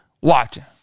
Watching